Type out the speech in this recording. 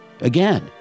Again